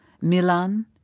Milan